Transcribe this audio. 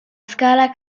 scala